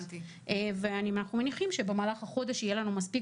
אנחנו מניחים שבמהלך החודש יהיה לנו מספיק